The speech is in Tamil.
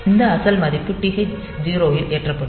இந்த அசல் மதிப்பு TH 0 இல் ஏற்றப்படும்